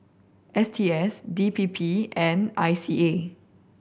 S T S D P P and I C A